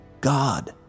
God